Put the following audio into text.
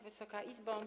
Wysoka Izbo!